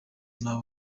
nta